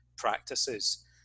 Practices